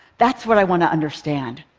that's what i want to understand.